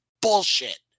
bullshit